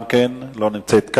גם לא נמצאת.